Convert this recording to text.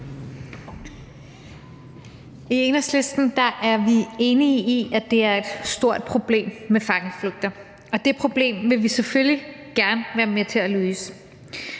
I Enhedslisten er vi enige i, at det er et stort problem med fangeflugter, og det problem vil vi selvfølgelig gerne være med til at løse.